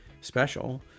special